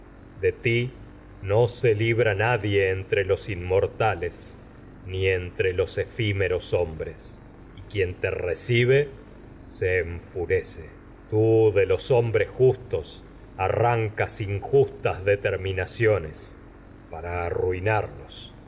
de ti no mar y fre las rústicas cabanas libra nadie entre los inmortales ni se entre los efímeros hombres y quien te recibe arrancas enfurece tii de los hombres justos y injustas determinaciones para arruinarlos